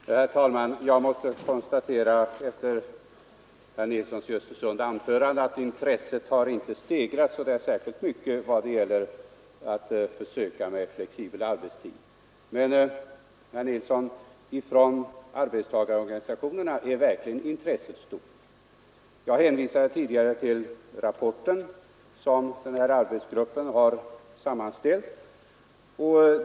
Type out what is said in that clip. Herr talman! Jag måste efter herr Nilssons i Östersund anförande konstatera att intresset inte har stegrats särskilt mycket för försök med flexibel arbetstid. Men, herr Nilsson, från arbetstagarorganisationerna är intresset verkligen stort. Jag hänvisade tidigare till den rapport som arbetsgruppen sammanställt.